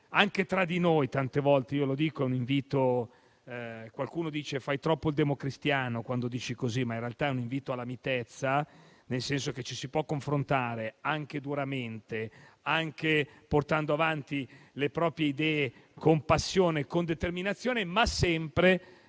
anche tra di noi tante volte. Qualcuno dice che faccio troppo il democristiano quando dico queste cose, ma in realtà è un invito alla mitezza, nel senso che ci si può confrontare anche duramente, anche portando avanti le proprie idee con passione e determinazione, ma sempre